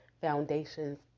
foundations